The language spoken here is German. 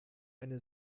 eine